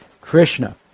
Krishna